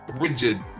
rigid